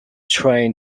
train